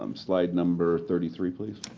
um slide number thirty three, please.